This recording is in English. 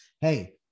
hey